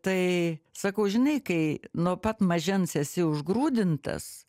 tai sakau žinai kai nuo pat mažens esi užgrūdintas